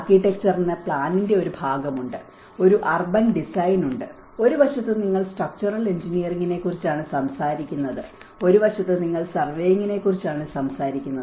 ആർക്കിടെക്ച്ചറിന് പ്ലാനിങ്ങിന്റെ ഒരു ഭാഗമുണ്ട് ഒരു അർബൻ ഡിസൈൻ ഉണ്ട് ഒരു വശത്ത് നിങ്ങൾ സ്ട്രക്ച്ചറൽ എഞ്ചിനീയറിംഗിനെക്കുറിച്ചാണ് സംസാരിക്കുന്നത് ഒരു വശത്ത് നിങ്ങൾ സർവേയിംഗിനെക്കുറിച്ചാണ് സംസാരിക്കുന്നത്